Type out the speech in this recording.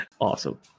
Awesome